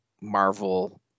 marvel